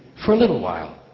for a little while.